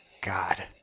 God